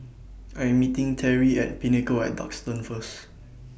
I Am meeting Terrie At The Pinnacle At Duxton First